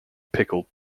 pickled